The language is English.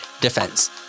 defense